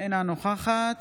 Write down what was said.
אינה נוכחת